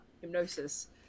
hypnosis